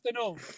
afternoon